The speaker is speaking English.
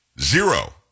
Zero